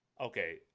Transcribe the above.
Okay